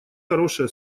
хорошая